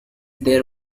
their